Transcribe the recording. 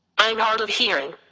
i am hard of hearing.